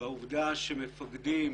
בעובדה שמפקדים